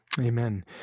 Amen